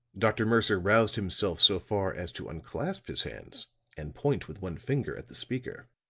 dr. mercer roused himself so far as to unclasp his hands and point with one finger at the speaker.